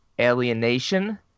Alienation